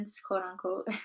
quote-unquote